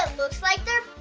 looks like they're